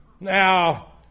Now